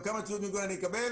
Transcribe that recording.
לא אותם מסיכות מגן שקופות.